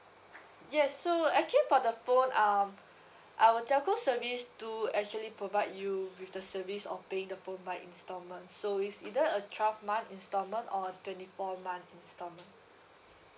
yes so actually for the phone um our telco service do actually provide you with the service of paying the phone by installment so it's either a twelve month installment or twenty four month installment